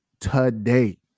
today